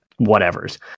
whatevers